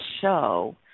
show